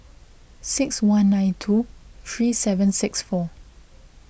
six one nine two three seven six four